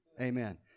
Amen